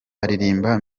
aririmba